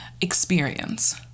experience